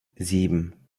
sieben